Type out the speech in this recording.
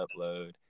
upload